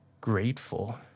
grateful